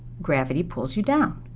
gravity pulls you down.